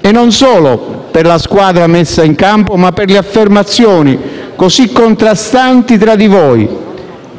e non solo per la squadra messa in campo, ma per le affermazioni, così contrastanti tra di voi,